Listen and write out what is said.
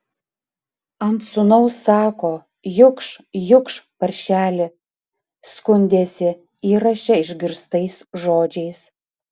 ant sūnaus sako jukš jukš paršeli skundėsi įraše išgirstais žodžiais